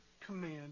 command